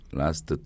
last